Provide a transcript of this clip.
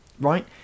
right